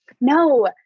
No